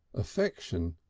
affection,